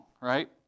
right